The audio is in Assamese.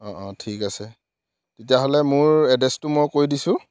অঁ অঁ ঠিক আছে তেতিয়াহ'লে মোৰ এড্ৰেছটো মই কৈ দিছোঁ